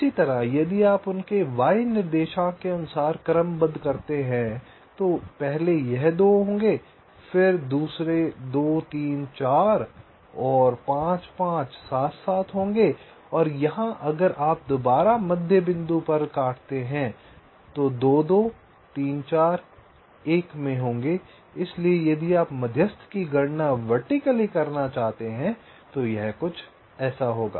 इसी तरह यदि आप उनके y निर्देशांक के अनुसार क्रमबद्ध करते हैं तो तो पहले यह २ होंगे फिर दूसरे 2 3 4 और 5 5 7 7 होंगे और यहां अगर आप दोबारा मध्य बिंदु पर काटते हैं तो 2 2 3 4 1 में होंगे इसीलिए यदि आप मध्यस्थ की गणना वर्टिकली करना चाहते हैं तो यह कुछ ऐसा होगा